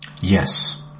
Yes